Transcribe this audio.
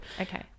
Okay